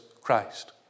Christ